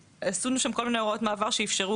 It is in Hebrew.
עשינו שם כל מיני הוראות מעבר שאפשרו